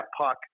puck